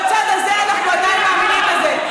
בצד הזה אנחנו עדיין מאמינים בזה.